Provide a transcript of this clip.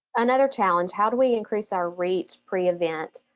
another challenge how do we increase our rate pre-event?